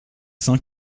sans